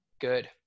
Good